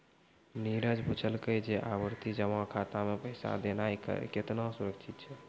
नीरज पुछलकै जे आवर्ति जमा खाता मे पैसा देनाय केतना सुरक्षित छै?